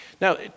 Now